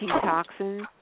toxins